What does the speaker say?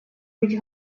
быть